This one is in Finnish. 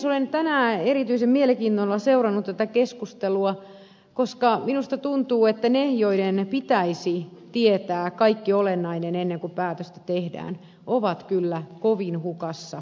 olen tänään erityisellä mielenkiinnolla seurannut tätä keskustelua koska minusta tuntuu että ne joiden pitäisi tietää kaikki olennainen ennen kuin päätöstä tehdään ovat kyllä kovin hukassa päätöksiä tehdessään